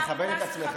חברי הכנסת.